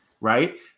right